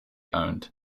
owned